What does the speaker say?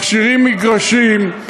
מכשירים מגרשים.